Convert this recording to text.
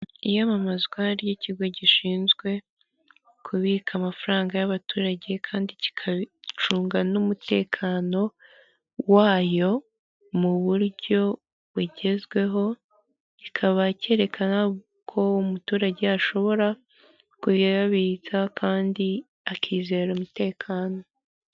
Iyamamazwa ry'ikigo gishinzwe kubika amafaranga y'abaturage kandi kigacunga n'umutekano wayo mu buryo bugezweho, kikaba cyerekana ko umuturage ashobora kuyabitsa kandi akizera umutekano.